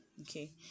okay